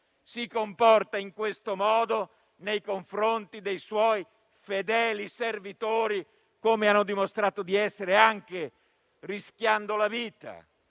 si comporta in questo modo nei confronti dei suoi fedeli servitori, come hanno dimostrato di essere i giudici onorari